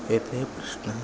एते प्रश्नः